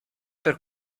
per